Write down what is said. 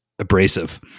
abrasive